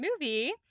movie